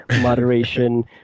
moderation